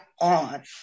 on